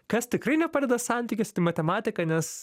kas tikrai nepadeda santykiuose tai matematika nes